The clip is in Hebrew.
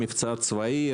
מבצע צבאי,